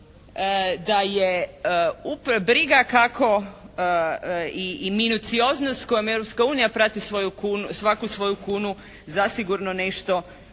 da je briga i minucioznost kojom Europska unija prati svaku svoju kunu zasigurno nešto